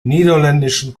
niederländischen